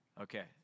Okay